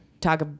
talk